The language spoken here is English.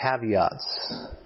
caveats